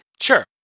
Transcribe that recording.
Sure